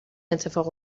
اتفاق